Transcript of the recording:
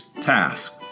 task